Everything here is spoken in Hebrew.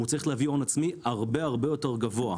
הוא צריך להביא הון עצמי הרבה יותר גבוה.